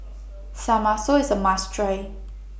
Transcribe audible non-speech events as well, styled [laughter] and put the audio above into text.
[unintelligible] IS A must Try